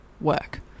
work